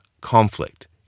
conflict